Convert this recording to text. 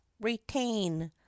retain